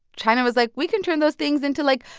china was like, we can turn those things into, like,